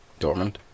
Dortmund